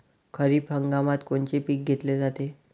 खरिप हंगामात कोनचे पिकं घेतले जाते?